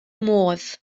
modd